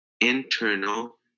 internal